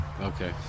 Okay